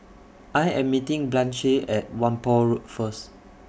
I Am meeting Blanche At Whampoa Road First